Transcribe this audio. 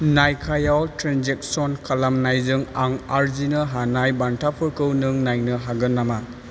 नाइकायाव transaction खालामनायजों आं आरजिनो हानाय बान्थाफोरखौ नों नायनो हागोन नामा